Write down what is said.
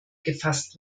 gefasst